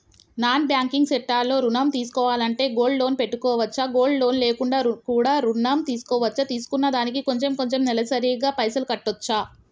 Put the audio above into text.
Non banking sector లో ఋణం తీసుకోవాలంటే గోల్డ్ లోన్ పెట్టుకోవచ్చా? గోల్డ్ లోన్ లేకుండా కూడా ఋణం తీసుకోవచ్చా? తీసుకున్న దానికి కొంచెం కొంచెం నెలసరి గా పైసలు కట్టొచ్చా?